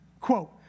Quote